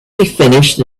finished